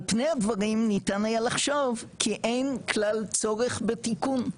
על פני הדברים ניתן היה לחשוב כי אין כלל צורך בתיקון,